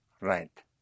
Right